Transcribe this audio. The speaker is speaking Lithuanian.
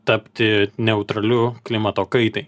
tapti neutraliu klimato kaitai